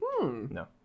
No